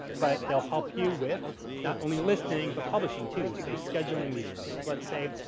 but they'll help you with not only listing, but publishing too. so, scheduling these posts. let's say,